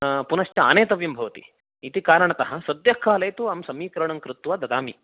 पुनश्च आनेतव्यं भवति इति कारणतः सद्यःकाले तु अहं समीकरणं कृत्वा ददामि